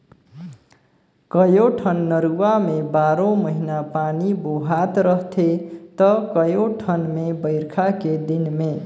कयोठन नरूवा में बारो महिना पानी बोहात रहथे त कयोठन मे बइरखा के दिन में